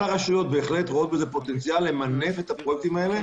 הרשויות בהחלט רואות בזה פוטנציאל למנף את הפרויקטים האלה.